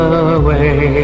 away